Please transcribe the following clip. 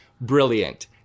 brilliant